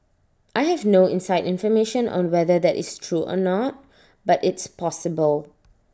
I have no inside information on whether that is true or not but it's possible